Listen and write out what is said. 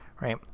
right